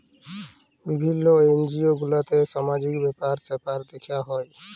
বিভিল্য এনজিও গুলাতে সামাজিক ব্যাপার স্যাপার দ্যেখা হ্যয়